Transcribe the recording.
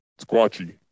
Squatchy